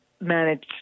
manage